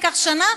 תיקח שנה,